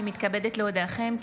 אני מתכבדת להודיעכם,